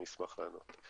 אני אשמח לענות.